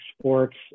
sports